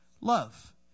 love